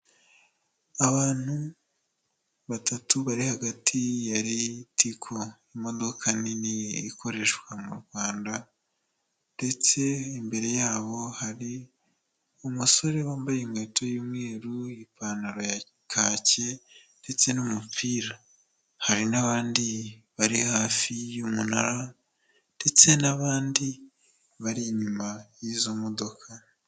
Abantu batatu bari hagati ya Ritco imodoka nini ikoreshwa mu Rwanda ndetse imbere yabo hari umusore wambaye inkweto y'umweru, ipantaro ya kake ndetse n'umupira, hari n'abandi bari hafi y'umunara ndetse n'abandi bari inyuma y'izo modoka.